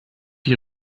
die